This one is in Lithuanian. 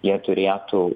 jie turėtų